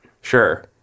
Sure